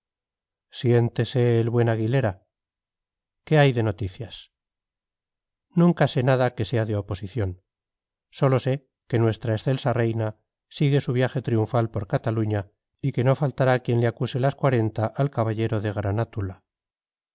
siéntese el buen aguilera qué hay de noticias nunca sé nada que sea de oposición sólo sé que nuestra excelsa reina sigue su viaje triunfal por cataluña y que no faltará quien le acuse las cuarenta al caballero de